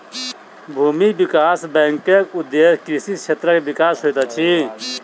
भूमि विकास बैंकक उदेश्य कृषि क्षेत्रक विकास होइत अछि